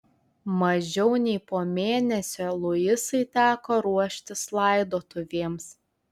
mažiau nei po mėnesio luisai teko ruoštis laidotuvėms